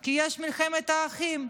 כי יש מלחמת אחים,